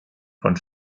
von